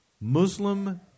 Muslim